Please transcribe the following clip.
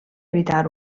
evitar